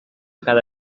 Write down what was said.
cada